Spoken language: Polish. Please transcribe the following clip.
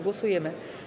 Głosujemy.